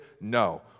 no